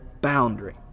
boundary